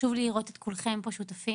חשוב לי לראות את כולכם שותפים,